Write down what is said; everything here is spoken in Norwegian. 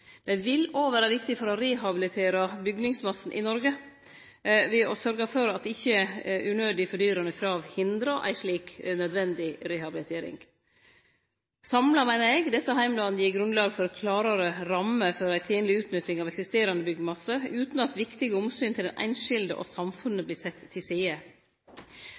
vil òg vere viktige for å få rehabilitert byggmassen i Noreg, ved å syte for at ikkje unødig fordyrande krav hindrar ei slik nødvendig rehabilitering. Samla meiner eg desse heimlane gir grunnlag for klårare rammer for ei tenleg utnytting av den eksisterande byggmassen, utan at viktige omsyn til den einskilde og samfunnet vert sette til side.